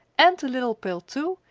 and the little pail too,